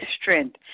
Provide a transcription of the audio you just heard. strength